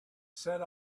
set